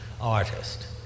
artist